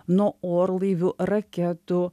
nuo orlaivių raketų